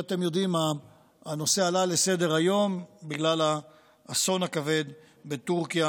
הנושא עלה לסדר-היום בגלל האסון הכבד בטורקיה